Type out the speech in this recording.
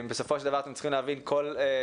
בסופו של דבר אתם צריכים להבין, כל סעיף